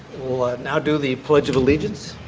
will ah now do the pledge of allegiance.